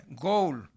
goal